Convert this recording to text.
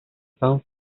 san